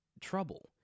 Trouble